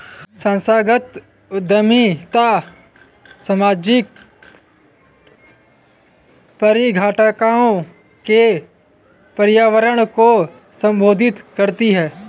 संस्थागत उद्यमिता सामाजिक परिघटनाओं के परिवर्तन को संबोधित करती है